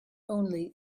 only